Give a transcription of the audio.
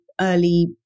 early